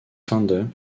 founder